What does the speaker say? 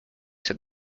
said